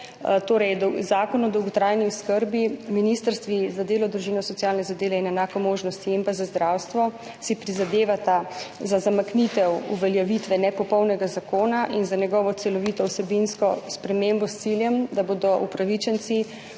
Zakon o dolgotrajni oskrbi. Ministrstvo za delo, družino, socialne zadeve in enake možnosti in Ministrstvo za zdravstvo si prizadevata za zamaknitev uveljavitve nepopolnega zakona in za njegovo celovito vsebinsko spremembo s ciljem, da bodo upravičenci